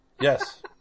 Yes